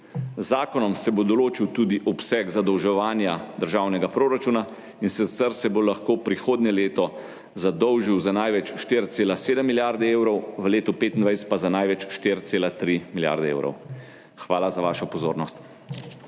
Z zakonom se bo določil tudi obseg zadolževanja državnega proračuna, in sicer se bo lahko prihodnje leto zadolžil za največ 4,7 milijarde evrov, v letu 2025 pa za največ 4,3 milijarde evrov. Hvala za vašo pozornost.